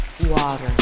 water